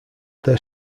their